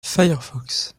firefox